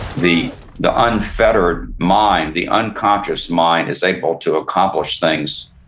the the unfettered mind, the unconscious mind, is able to accomplish things